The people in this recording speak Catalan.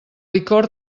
licor